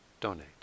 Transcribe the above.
donate